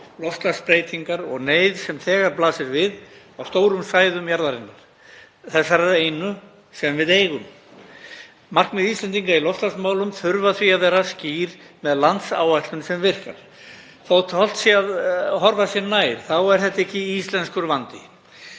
loftslagsbreytingar og neyð sem þegar blasir við á stórum svæðum jarðarinnar, þessarar einu sem við eigum. Markmið Íslendinga í loftslagsmálum þurfa því að vera skýr með landsáætlun sem virkar. Þótt hollt sé að horfa sér nær þá er þetta ekki íslenskur vandi.